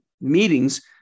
meetings